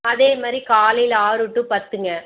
அதே மாதிரி காலையில் ஆறு டூ பத்துங்க